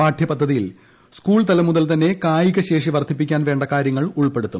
പാഠ്യ പദ്ധതിയിൽ സ്കൂൾതലം മുതൽ തന്നെ കായികശേഷി വർധിപ്പിക്കാൻ വേണ്ട കാര്യങ്ങൾ ഉൾപ്പെടുത്തും